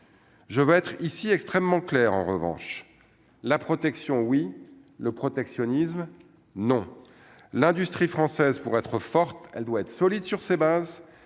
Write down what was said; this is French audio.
je vais être ici extrêmement clair, en revanche, la protection oui le protectionnisme non l'industrie française pour être forte, elle doit être solide sur ses bases,